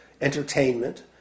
entertainment